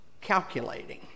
calculating